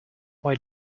why